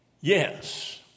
Yes